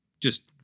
Just-